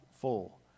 full